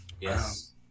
Yes